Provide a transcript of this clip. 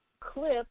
Clip